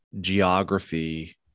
geography